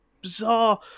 bizarre